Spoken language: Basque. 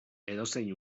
edozein